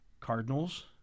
Cardinals